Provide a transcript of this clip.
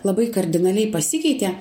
labai kardinaliai pasikeitė